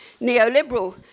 neoliberal